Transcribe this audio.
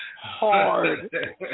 hard